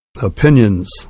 opinions